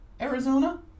Arizona